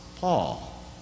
Paul